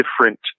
different